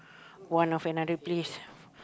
one of another place